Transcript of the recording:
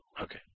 Okay